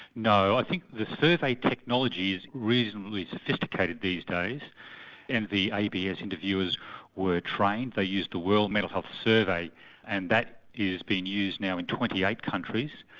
no, i think the survey technology is reasonably sophisticated these days and the abs interviewers were trained, they used the world mental health survey and that is being used now in twenty eight countries.